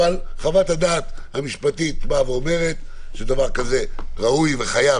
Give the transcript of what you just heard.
חוות הדעת המשפטית באה ואומרת שדבר כזה ראוי וחייב